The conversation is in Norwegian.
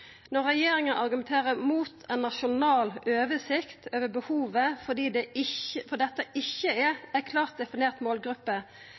Når regjeringa argumenterer mot ei nasjonal oversikt over behovet fordi dette ikkje er ei klart definert målgruppe,